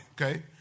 okay